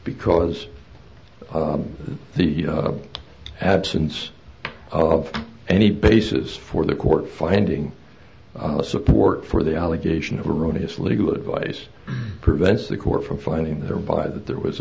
because the absence of any basis for the court finding support for the allegation of erroneous legal advice prevents the court from finding thereby that there was